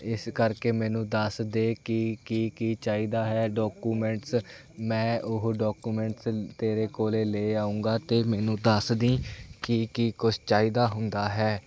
ਇਸ ਕਰਕੇ ਮੈਨੂੰ ਦੱਸ ਦੇ ਕਿ ਕੀ ਕੀ ਚਾਹੀਦਾ ਹੈ ਡਾਕੂਮੈਂਟਸ ਮੈਂ ਉਹ ਡਾਕੂਮੈਂਟਸ ਤੇਰੇ ਕੋਲ ਲੈ ਆਉਂਗਾ ਅਤੇ ਮੈਨੂੰ ਦੱਸ ਦੀਂ ਕੀ ਕੀ ਕੁਛ ਚਾਹੀਦਾ ਹੁੰਦਾ ਹੈ